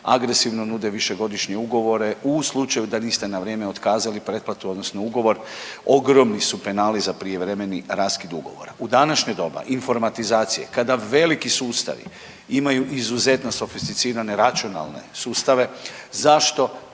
agresivno nude višegodišnje ugovore u slučaju da niste na vrijeme otkazali pretplatu odnosno ugovor ogromni su penali za prijevremeni raskid ugovora. U današnje doba informatizacije kada veliki sustavi imaju izuzetno sofisticirane računalne sustave zašto